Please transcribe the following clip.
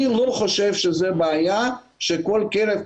אני לא חושב שזו בעיה שכל כלב,